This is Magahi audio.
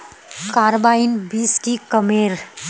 कार्बाइन बीस की कमेर?